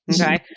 Okay